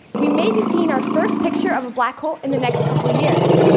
we may be seeing our first picture of a black hole in the next couple years.